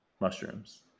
mushrooms